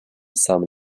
some